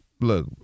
Look